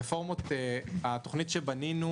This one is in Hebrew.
התוכנית שבנינו